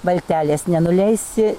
valtelės nenuleisi